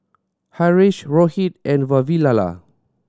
Haresh Rohit and Vavilala